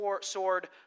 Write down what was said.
sword